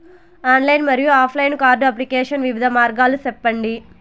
Online మరియు offline card application వివిధ మార్గాలు సెప్పండి?